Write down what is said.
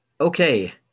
okay